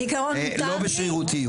בעיקרון, מותר לי.